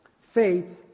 faith